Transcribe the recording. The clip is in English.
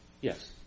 Yes